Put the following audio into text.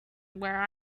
where